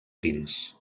pins